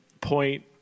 point